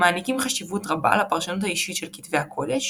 מעניקים חשיבות רבה לפרשנות האישית של כתבי הקודש,